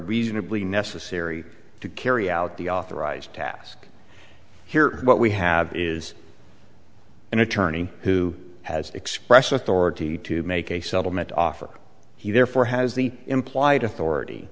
reasonably necessary to carry out the authorized task here what we have is an attorney who has expressed authority to make a settlement offer he therefore has the implied authority